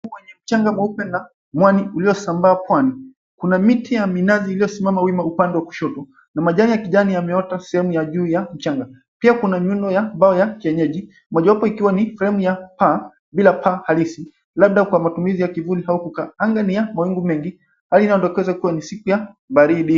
Kwenye mchanga mweupe na mwani ulio sambaa pwani. Kuna miti ya minazi iliyosimama wima upande wa kushoto na majani ya kijani yameota sehemu ya juu ya mchanga. Pia kuna nyuno ya mbao ya kienyeji. Mojawapo ikiwa ni frame ya paa bila paa halisi. Labda kwa matumizi ya kivuli au kukaa. Anga ni ya mawingu mengi. Hali inayoonekana kuwa ni siku ya baridi.